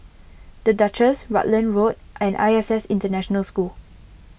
the Duchess Rutland Road and I S S International School